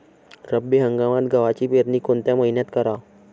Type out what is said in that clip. रब्बी हंगामात गव्हाची पेरनी कोनत्या मईन्यात कराव?